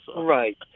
Right